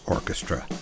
Orchestra